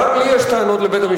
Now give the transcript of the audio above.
גם לי יש טענות לבית-המשפט,